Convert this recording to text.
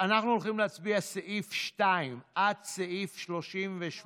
אנחנו הולכים להצביע על סעיף 2 עד סעיף 38,